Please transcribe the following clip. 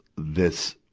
this,